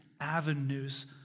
avenues